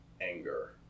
anger